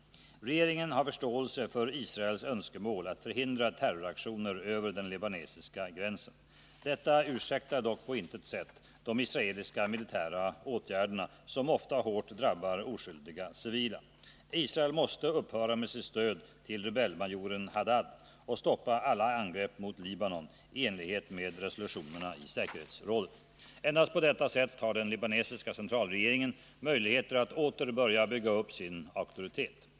Regeringen har förståelse för Israels önskemål att förhindra terroraktioner över den libanesiska gränsen. Detta ursäktar dock på intet sätt de israeliska militära åtgärderna, som ofta hårt drabbar oskyldiga civila. Israel måste upphöra med sitt stöd till rebellmajoren Haddad och stoppa alla angrepp mot Libanon i enlighet med resolutionerna i säkerhetsrådet. Endast på detta sätt har den libanesiska centralregeringen möjligheter att åter börja bygga upp sin auktoritet.